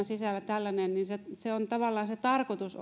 sisällä tällainen eli tavallaan se tarkoitus